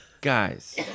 Guys